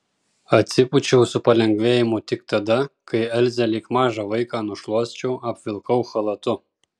atsipūčiau su palengvėjimu tik tada kai elzę lyg mažą vaiką nušluosčiau apvilkau chalatu